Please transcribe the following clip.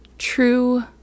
true